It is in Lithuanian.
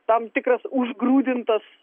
tam tikras užgrūdintas